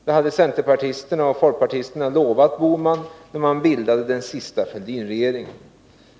Det hade centerpartisterna lovat herr Bohman när man bildade den sista Fälldinregeringen.